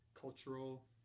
cultural